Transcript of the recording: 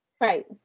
Right